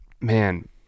man